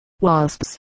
wasps